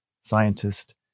scientist